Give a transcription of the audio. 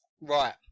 right